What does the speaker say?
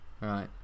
right